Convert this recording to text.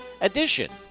edition